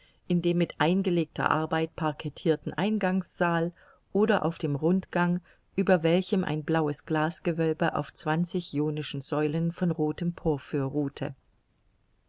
in dem mit eingelegter arbeit parquetirten eingangssaal oder auf dem rundgang über welchem ein blaues glasgewölbe auf zwanzig jonischen säulen von rothem porphyr ruhte